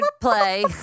play